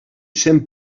cent